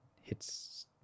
hits